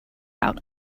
out